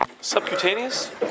Subcutaneous